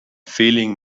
feeling